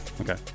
Okay